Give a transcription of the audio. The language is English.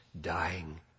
dying